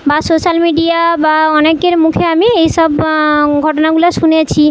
বা social media বা অনেকের মুখে আমি এইসব ঘটনাগুলো শুনেছি